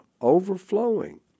overflowing